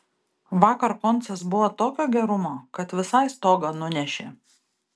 vakar koncas buvo tokio gerumo kad visai stogą nunešė